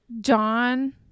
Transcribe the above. John